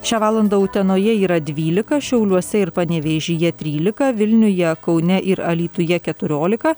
šią valandą utenoje yra dvylika šiauliuose ir panevėžyje trylika vilniuje kaune ir alytuje keturiolika